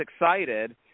excited